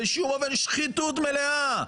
"בשום אופן, שחיתות מלאה.